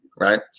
right